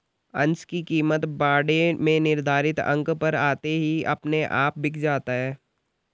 अंश की कीमत बाड़े में निर्धारित अंक पर आते ही अपने आप बिक जाता है